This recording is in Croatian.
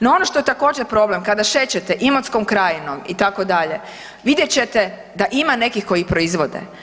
No ono što je također problem, kada šećete Imotskom krajinom itd., vidjet ćete da ima nekih koji i proizvode.